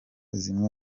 zimwe